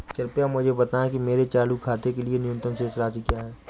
कृपया मुझे बताएं कि मेरे चालू खाते के लिए न्यूनतम शेष राशि क्या है?